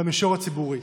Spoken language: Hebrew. במישור הציבורי.